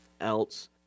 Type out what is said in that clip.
Else